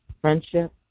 friendship